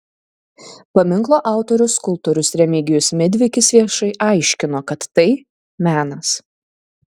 paminklo autorius skulptorius remigijus midvikis viešai aiškino kad tai menas